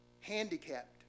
handicapped